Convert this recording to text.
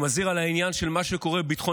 אני מזהיר בעניין של מה שקורה בביטחון